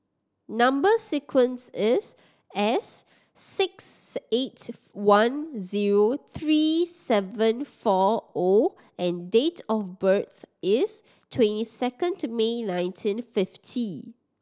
number sequence is S six eight one zero three seven four O and date of birth is twenty second May nineteen fifty